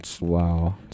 Wow